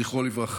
זכרו לברכה.